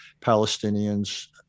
Palestinians